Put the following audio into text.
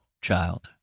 child